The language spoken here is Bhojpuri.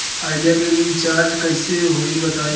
आइडिया के रीचारज कइसे होई बताईं?